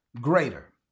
greater